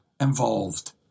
involved